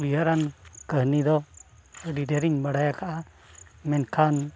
ᱩᱭᱦᱟᱹᱨᱟᱱ ᱠᱟᱹᱦᱱᱤ ᱫᱚ ᱟᱹᱰᱤ ᱰᱷᱮᱹᱨ ᱤᱧ ᱵᱟᱲᱟᱭ ᱠᱟᱜᱼᱟ ᱢᱮᱱᱠᱷᱟᱱ